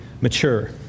mature